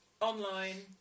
online